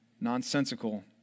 nonsensical